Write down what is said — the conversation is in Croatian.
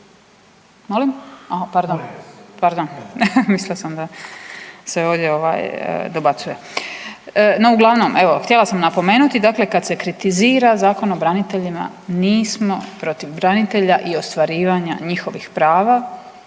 Molim? A pardon, mislila sam da se ovdje ovaj dobacuje. No, uglavnom evo htjela sam napomenuti dakle kad se kritizira Zakon o braniteljima nismo protiv branitelja i ostvarivanja njihovih prava,